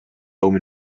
home